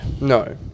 No